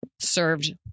served